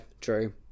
true